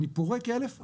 אני פורק 1,000,